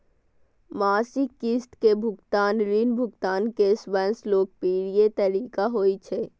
मासिक किस्त के भुगतान ऋण भुगतान के सबसं लोकप्रिय तरीका होइ छै